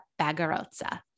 Bagarotza